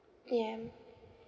ye~ am